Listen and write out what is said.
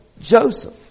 Joseph